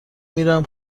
میرم